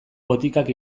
botikak